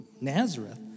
Nazareth